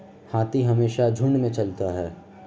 हाथी हमेशा झुंड में चलता है